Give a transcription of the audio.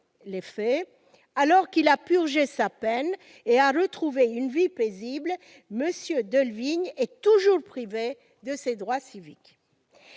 les faits, alors qu'il a purgé sa peine et retrouvé une vie paisible, M. Delvigne est toujours privé de ses droits civiques.